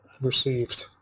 received